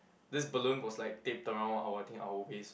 this balloon was like taped around our thing our waist or